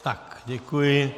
Tak, děkuji.